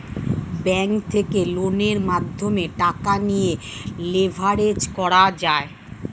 bank থেকে লোনের মাধ্যমে টাকা নিয়ে লেভারেজ করা যায়